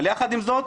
אבל יחד עם זאת,